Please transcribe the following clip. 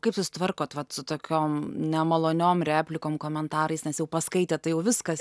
kaip susitvarkot su tokiom nemaloniom replikom komentarais nes jau paskaitėt tai jau viskas